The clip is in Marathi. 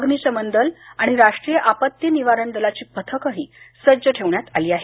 अग्निशामक दल आणि राष्ट्रीय आपत्ती निवारण दलाची पथकही सज्ज ठेवण्यात आली आहेत